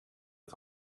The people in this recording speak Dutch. het